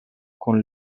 con